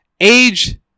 Age